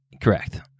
Correct